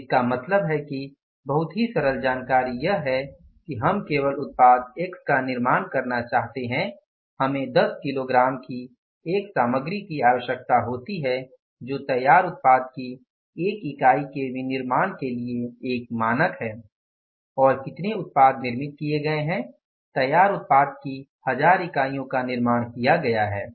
तो इसका मतलब है कि बहुत ही सरल जानकारी यह है कि हम केवल उत्पाद x का निर्माण करना चाहते हैं हमें 10 किलोग्राम की एक सामग्री की आवश्यकता होती है जो तैयार उत्पाद की 1 इकाई के विनिर्माण के लिए एक मानक है और कितने उत्पाद निर्मित किए गए हैं तैयार उत्पाद की 1000 इकाइयों का निर्माण किया गया है